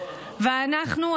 ואנחנו,